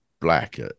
Black